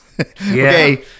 Okay